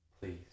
please